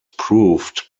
proved